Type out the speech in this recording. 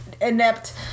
inept